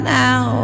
now